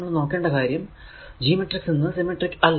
ആകെ നോക്കേണ്ട കാര്യം ഈ G മാട്രിക്സ് എന്നത് സിമെട്രിക് അല്ല